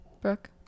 Brooke